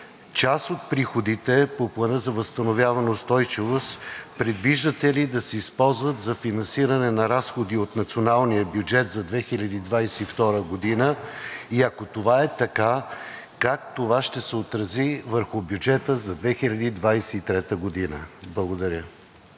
Част от приходите по Плана за възстановяване и устойчивост предвиждате ли да се използват за финансиране на разходи от националния бюджет за 2022 г. и ако е така, как това ще се отрази върху бюджета за 2023 г.? Благодаря.